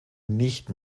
nicht